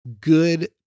good